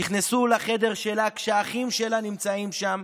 נכנסו לחדר שלה כשהאחים שלה נמצאים שם,